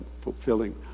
fulfilling